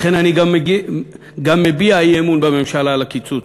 לכן אני גם מביע אי-אמון בממשלה על הקיצוץ.